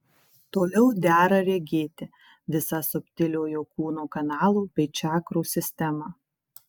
toliau dera regėti visą subtiliojo kūno kanalų bei čakrų sistemą